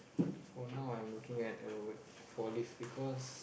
for now I'm looking at uh for these because